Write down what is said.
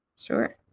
Sure